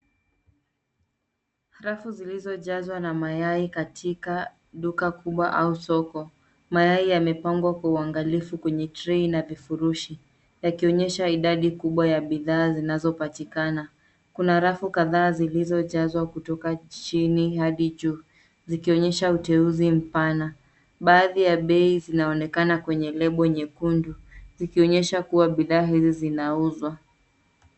Rafu zilizojazwa na mayai katika duka kubwa au soko. Mayai yamepangwa kwa uangalifu kwenye trei na vifurushi. Yakionyesha idadi kubwa ya bidhaa zinazopatikana. Kuna rafu kadhaa zilizojazwa kutoka chini hadi juu, zikionyesha uteuzi mpana. Baadhi ya bei zinaonekana kwenye lebo nyekundu, zikionyesha kuwa bidhaa hizi zinauzwa.